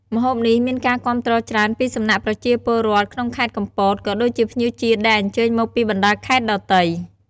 ម្ហូបនេះមានការគាំទ្រច្រើនពីសំណាក់ប្រជាពលរដ្ឋក្នុងខេត្តកំពត ក៏ដូចជាភ្ញៀវជាតិដែលអញ្ជើញមកពីបណ្តាខេត្តដទៃ។